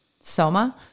Soma